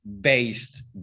based